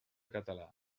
català